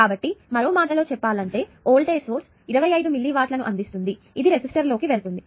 కాబట్టి మరో మాటలో చెప్పాలంటే వోల్టేజ్ సోర్స్ 25 మిల్లీ వాట్లను అందిస్తుంది ఇది రెసిస్టర్లలోకి వెళుతుంది